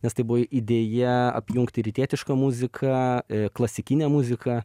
nes tai buvo idėja apjungti rytietišką muziką klasikinę muziką